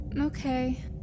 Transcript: Okay